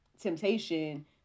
temptation